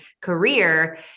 career